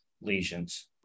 lesions